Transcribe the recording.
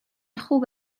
خوب